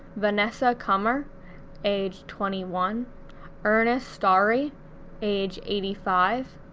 vanessa comer age twenty one ernest starry age eighty five,